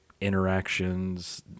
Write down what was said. interactions